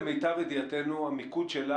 למיטב ידיעתנו,